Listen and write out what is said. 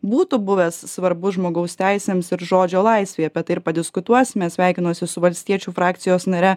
būtų buvęs svarbus žmogaus teisėms ir žodžio laisvei apie tai ir padiskutuosime sveikinosi su valstiečių frakcijos nare